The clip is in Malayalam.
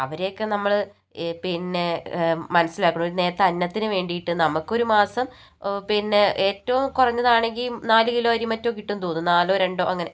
അവരെ ഒക്കെ നമ്മള് പിന്നെ മനസിലാക്കണം ഒര് നേരത്തെ അന്നത്തിന് വേണ്ടീട്ട് നമക്കൊരു മാസം പിന്നെ ഏറ്റവും കുറഞ്ഞതാണെങ്കിൽ നാല് കിലോ അരി മറ്റോ കിട്ടും എന്ന് തോന്നുന്നു നാലൊ രണ്ടോ അങ്ങനെ